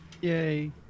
Yay